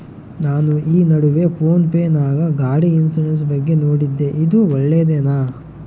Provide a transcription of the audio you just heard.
ನಾನು ಈ ನಡುವೆ ಫೋನ್ ಪೇ ನಾಗ ಗಾಡಿ ಇನ್ಸುರೆನ್ಸ್ ಬಗ್ಗೆ ನೋಡಿದ್ದೇ ಇದು ಒಳ್ಳೇದೇನಾ?